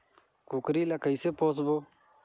कूकरी ला कइसे पोसबो?